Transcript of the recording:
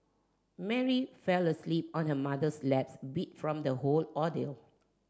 Mary fell asleep on her mother's lap beat from the whole ordeal